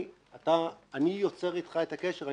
אני יוצר אתך את הקשר.